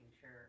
sure